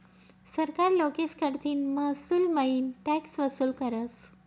सरकार लोकेस कडतीन महसूलमईन टॅक्स वसूल करस